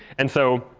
and so,